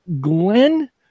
glenn